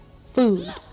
food